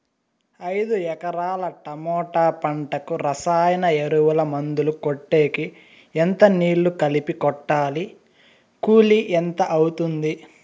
ఐదు ఎకరాల టమోటా పంటకు రసాయన ఎరువుల, మందులు కొట్టేకి ఎంత నీళ్లు కలిపి కొట్టాలి? కూలీ ఎంత అవుతుంది?